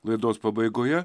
laidos pabaigoje